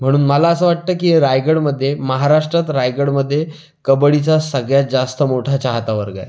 म्हणून मला असं वाटतं की रायगडमध्ये महाराष्ट्रात रायगडमध्ये कबडीचा सगळ्यात जास्त मोठा चाहता वर्ग आहे